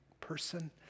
person